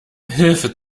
hilfe